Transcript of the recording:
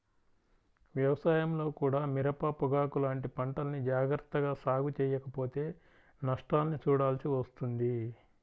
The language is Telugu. వ్యవసాయంలో కూడా మిరప, పొగాకు లాంటి పంటల్ని జాగర్తగా సాగు చెయ్యకపోతే నష్టాల్ని చూడాల్సి వస్తుంది